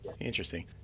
Interesting